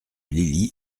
lily